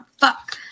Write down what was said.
fuck